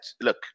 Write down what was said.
look